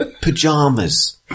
pajamas